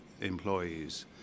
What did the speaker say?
employees